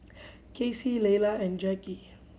Kacy Leyla and Jackie